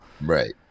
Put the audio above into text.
Right